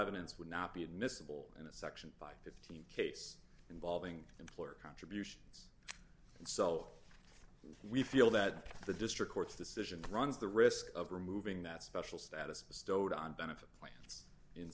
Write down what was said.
events would not be admissible in a section five thousand case involving employer contributions and so we feel that the district court's decision runs the risk of removing that special status bestowed on benefit plans in